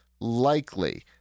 likely